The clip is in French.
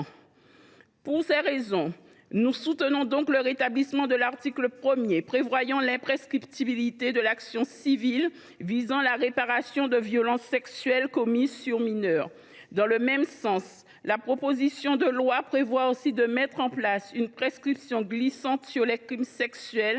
Pour ces raisons, nous soutenons donc le rétablissement de l’article 1, prévoyant l’imprescriptibilité de l’action civile visant la réparation de violences sexuelles commises sur mineurs. Très bien ! Dans le même sens, l’article 2 de la proposition de loi instaure une prescription glissante sur les crimes sexuels